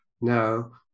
No